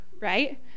right